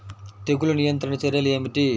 తెగులు నియంత్రణ చర్యలు ఏమిటి?